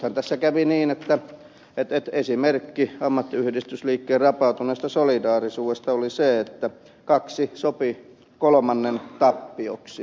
nythän tässä kävi niin että esimerkki ammattiyhdistysliikkeen rapautuneesta solidaarisuudesta oli se että kaksi sopi kolmannen tappioksi